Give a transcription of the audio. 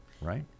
right